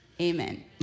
Amen